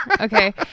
Okay